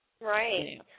Right